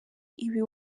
ibi